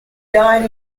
died